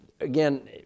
Again